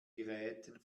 gräten